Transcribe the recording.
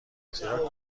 زیرا